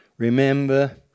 Remember